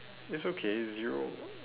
it's okay it's zero